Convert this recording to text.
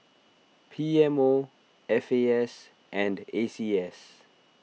P M O F A S and A C S